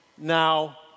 now